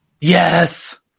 Yes